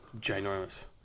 Ginormous